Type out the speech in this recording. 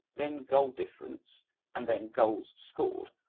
then goal difference and then goals scored.